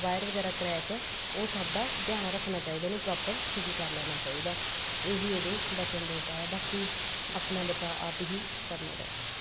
wire ਵਗੈਰਾ crack ਹੈ ਉਹ ਸਭ ਦਾ ਧਿਆਨ ਰੱਖਣਾ ਚਾਹੀਦਾ ਉਹਨੂੰ ਪ੍ਰੋਪਰ ਸੀਲ ਕਰ ਲੈਣਾ ਚਾਹੀਦਾ ਇਹੀ ਇਹਦੇ ਬਚਣ ਦੇ ਉਪਾਅ ਹੈ ਬਾਕੀ ਆਪਣਾ ਬਚਾਅ ਆਪ ਹੀ ਕਰਨਾ ਪੈਂਦਾ ਹੈ